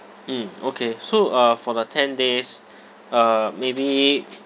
mm okay so uh for the ten days uh maybe